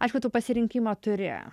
aišku tu pasirinkimą turi